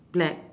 black